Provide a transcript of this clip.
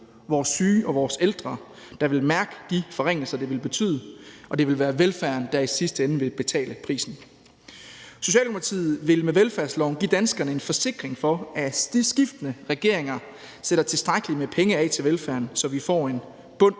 vores syge og vores ældre, der vil mærke de forringelser, det vil betyde, og det vil være velfærden, der i sidste ende vil betale prisen. Socialdemokratiet vil med velfærdsloven give danskerne en forsikring for, at skiftende regeringer sætter tilstrækkelig med penge af til velfærden, så vi får en bund